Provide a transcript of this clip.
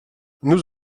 nous